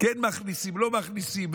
כן מכניסים, לא מכניסים.